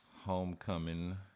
Homecoming